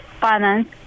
finance